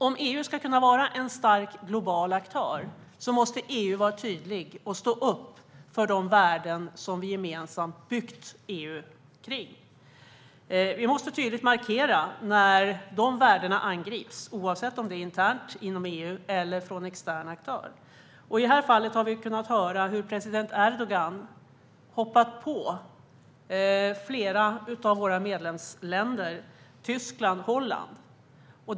Om EU ska kunna vara en stark global aktör måste EU vara tydligt och stå upp för de värden som vi gemensamt byggt EU kring. Vi måste tydligt markera när dessa värden angrips, oavsett om det är internt inom EU eller kommer från en extern aktör. I det här fallet har vi kunnat höra hur president Erdogan hoppat på flera av våra medlemsländer, som Tyskland och Holland.